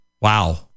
Wow